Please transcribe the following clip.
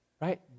right